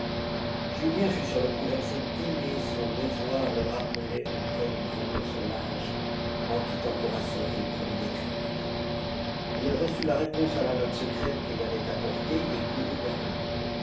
julien fut sur le point d'accepter mais son devoir le rappelait auprès du grand personnage en quittant korasoff il promit d'écrire il reçut la réponse à la note secrète qu'il avait apportée et courut vers paris